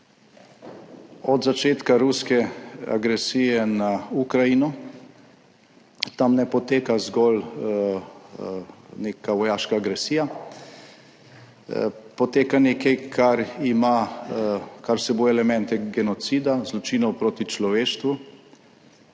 Od začetka ruske agresije na Ukrajino, tam ne poteka zgolj neka vojaška agresija, poteka nekaj, kar ima, kar vsebuje elemente genocida, zločinov proti človeštvu